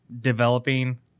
developing